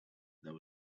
there